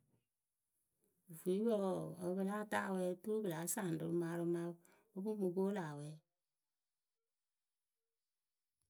Ofuripǝ wǝǝ wǝ pɨ lá ta awɛ oturu pɨ láa saŋ wɨmarɨwɨma ǝ pɨ ŋ mǝ pwolu awɛ.